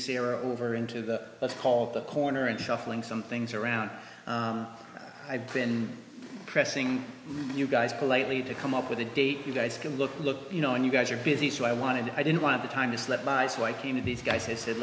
or over into the let's call the corner and shuffling some things around i've been pressing you guys politely to come up with a date you guys can look look you know and you guys are busy so i wanted to i didn't want the time to slip by so i came in these guys i said